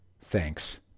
thanks